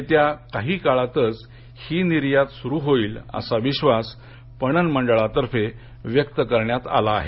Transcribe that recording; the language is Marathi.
येत्या काही काळातच ही निर्यात सुरु होईल असा विश्वास पणन मंडळातर्फे व्यक्त करण्यात आला आहे